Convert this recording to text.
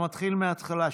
חלק מהתוכניות,